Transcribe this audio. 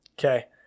Okay